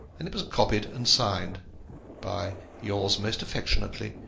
and it was copied and signed by yours most affectionately,